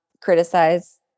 criticize